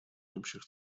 общих